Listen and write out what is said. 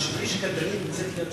משום שבלי קלדנית שנמצאת ליד השופט,